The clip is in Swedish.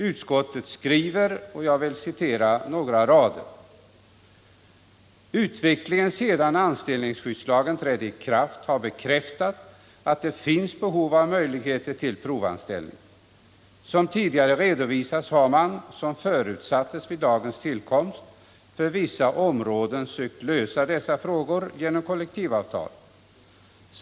Utskottet skriver: ”Utvecklingen sedan anställningsskyddslagen trädde i kraft har bekräftat att det finns behov av möjligheter till provanställning. Som tidigare redovisats har man, som förutsattes vid lagens tillkomst, för vissa områden sökt lösa dessa frågor genom kollektivavtal.